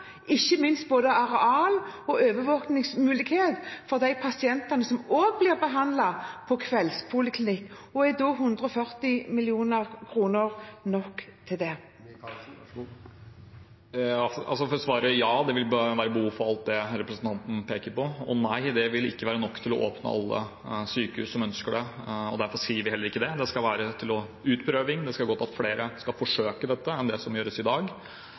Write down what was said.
ikke minst, både arealer og overvåkingsmulighet for de pasientene som blir behandlet på kveldspoliklinikk, og er 140 mill. kr nok til det? Ja, det vil være behov for alt det representanten peker på, og nei, det vil ikke være nok til å åpne alle sykehus som ønsker det. Derfor sier vi heller ikke det. Det skal være til utprøving. Det skal gå til at flere skal forsøke dette enn det som gjøres i dag.